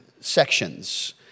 sections